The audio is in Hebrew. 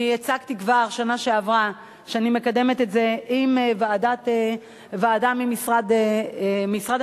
אני הצגתי כבר בשנה שעברה שאני מקדמת את זה עם ועדה ממשרד המשפטים,